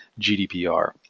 GDPR